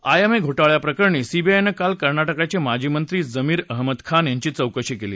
IMA घोटाळ्याप्रकारणी सीबीआयनं काल कर्नाटकचे माजी मंत्री जमीर अहमद खान यांची चौकशी केली